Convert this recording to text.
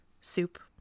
soup